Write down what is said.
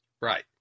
Right